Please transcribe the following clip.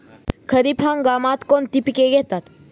खरीप हंगामात कोणती पिके घेतात?